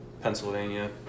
Pennsylvania